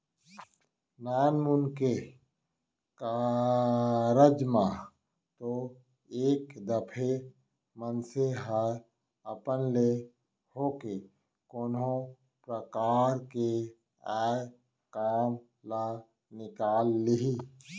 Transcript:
नानमुन के कारज म तो एक दफे मनसे ह अपन ले होके कोनो परकार ले आय काम ल निकाल लिही